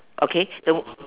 okay the